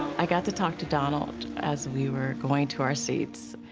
i got to talk to donald as we were going to our seats,